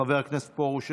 חבר הכנסת פרוש,